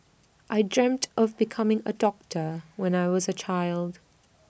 I dreamt of becoming A doctor when I was A child